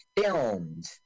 filmed